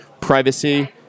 privacy